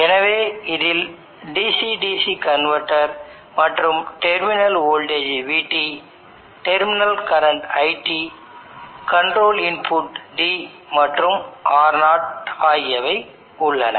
எனவே இதில் DC DC converter மற்றும் terminal voltage Vt terminal current It control input D மற்றும் R0 ஆகியவை உள்ளன